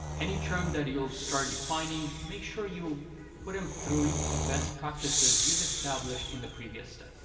any term that you'll start defining make sure you put them through the best practices you've established in the previous step.